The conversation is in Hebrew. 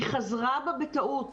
היא חזרה בה בטעות.